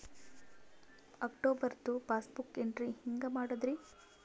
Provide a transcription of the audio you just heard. ಅಕ್ಟೋಬರ್ದು passbook entry ಹೆಂಗ್ ಮಾಡದ್ರಿ?